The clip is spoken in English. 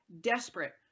desperate